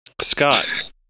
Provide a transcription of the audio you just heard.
Scott